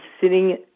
sitting